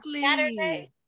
saturday